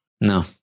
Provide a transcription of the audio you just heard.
No